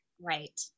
Right